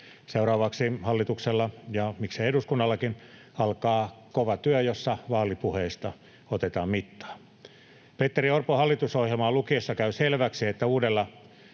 Seuraavaksi hallituksella ja miksei eduskunnallakin alkaa kova työ, jossa vaalipuheista otetaan mittaa. Petteri Orpon hallitusohjelmaa lukiessa käy selväksi, että uudella